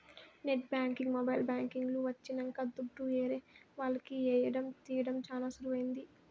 net banking mobile banking లు వచ్చినంక దుడ్డు ఏరే వాళ్లకి ఏయడం తీయడం చానా సులువైంది